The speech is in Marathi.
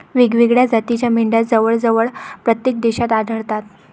वेगवेगळ्या जातीच्या मेंढ्या जवळजवळ प्रत्येक देशात आढळतात